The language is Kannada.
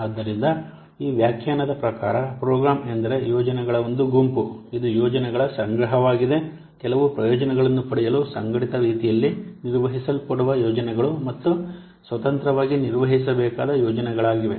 ಆದ್ದರಿಂದ ಈ ವ್ಯಾಖ್ಯಾನದ ಪ್ರಕಾರ ಪ್ರೋಗ್ರಾಂ ಎಂದರೆ ಯೋಜನೆಗಳ ಒಂದು ಗುಂಪು ಇದು ಯೋಜನೆಗಳ ಸಂಗ್ರಹವಾಗಿದೆ ಕೆಲವು ಪ್ರಯೋಜನಗಳನ್ನು ಪಡೆಯಲು ಸಂಘಟಿತ ರೀತಿಯಲ್ಲಿ ನಿರ್ವಹಿಸಲ್ಪಡುವ ಯೋಜನೆಗಳು ಮತ್ತು ಸ್ವತಂತ್ರವಾಗಿ ನಿರ್ವಹಿಸಬೇಕಾದ ಯೋಜನೆಗಳಾಗಿವೆ